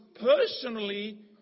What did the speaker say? personally